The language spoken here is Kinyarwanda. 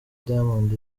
diamond